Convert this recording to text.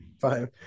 Five